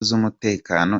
z’umutekano